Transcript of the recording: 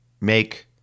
make